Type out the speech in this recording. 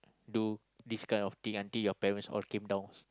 do this kind of thing until your parents all came downs